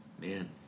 Man